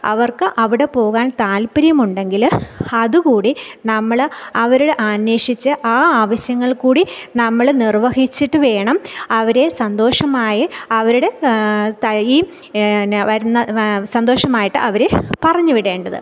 അവർക്ക് അവിടെ പോകാൻ താല്പര്യമുണ്ടെങ്കിൽ അതുകൂടി നമ്മൾ അവരുടെ അന്വേഷിച്ച് ആ ആവശ്യങ്ങൾ കൂടി നമ്മൾ നിർവ്വഹിച്ചിട്ടു വേണം അവരെ സന്തോഷമായി അവരുടെ ത് ഈ ന്ന വരുന്ന സന്തോഷമായിട്ട് അവരെ പറഞ്ഞു വിടേണ്ടത്